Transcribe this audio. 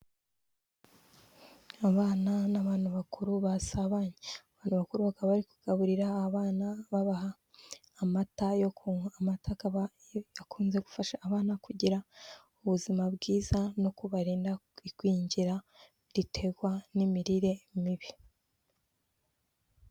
Abana n'abantu bakuru basabanye, abantu bakuru bakaba bari kugaburira abana babaha amata yo kunywa, amata akaba akunze gufasha abana kugira ubuzima bwiza, no kubarinda igwingira riterwa n'imirire mibi.